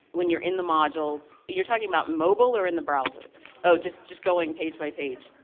when you're in the modules. you're talking about mobile or in the browser? oh, just just going page by page.